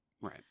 Right